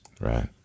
Right